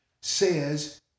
says